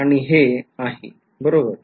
आणि बरोबर